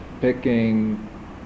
picking